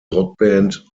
rockband